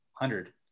Hundred